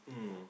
mm